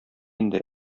инде